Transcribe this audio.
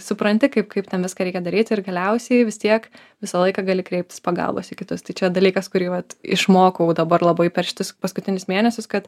supranti kaip kaip ten viską reikia daryti ir galiausiai vis tiek visą laiką gali kreiptis pagalbos į kitus tai čia dalykas kurį vat išmokau dabar labai perš šitus paskutinius mėnesius kad